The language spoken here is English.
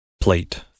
Plate